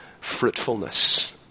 fruitfulness